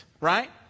right